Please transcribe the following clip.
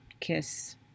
kiss